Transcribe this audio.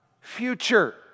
future